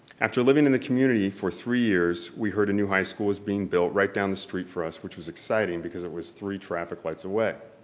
after living in the community for three years, we heard a new high school was being built right down the street for us which was exciting because it was three traffic lights away.